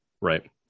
Right